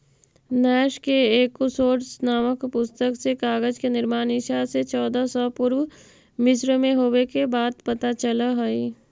नैश के एकूसोड्स् नामक पुस्तक से कागज के निर्माण ईसा से चौदह सौ वर्ष पूर्व मिस्र में होवे के बात पता चलऽ हई